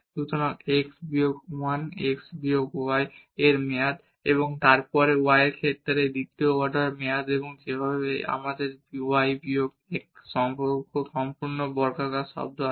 সুতরাং x বিয়োগ 1 x বিয়োগ y বিয়োগ 1 মেয়াদ এবং তারপরে এখানে y এর ক্ষেত্রে দ্বিতীয় অর্ডার মেয়াদ এবং যেভাবে আমাদের y বিয়োগ 1 সম্পূর্ণ স্কোয়ারড টার্ম আছে